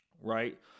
right